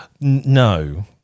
no